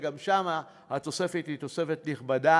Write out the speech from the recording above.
שגם שם התוספת היא תוספת נכבדה.